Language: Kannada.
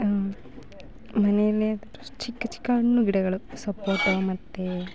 ಮನೆಯಲ್ಲೆ ಚಿಕ್ಕ ಚಿಕ್ಕವನ್ನು ಗಿಡಗಳು ಸಪೋಟ ಮತ್ತು